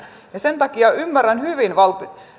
sen takia ymmärrän hyvin